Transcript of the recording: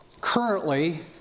currently